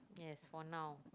yes for now